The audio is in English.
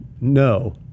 No